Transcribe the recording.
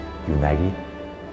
united